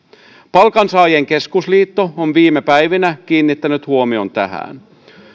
veronmaksajain keskusliitto on viime päivinä kiinnittänyt huomion tähän